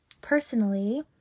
Personally